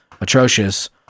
atrocious